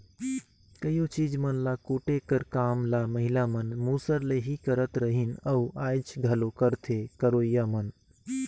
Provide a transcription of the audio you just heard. कइयो चीज मन ल कूटे कर काम ल महिला मन मूसर ले ही करत रहिन अउ आएज घलो करथे करोइया मन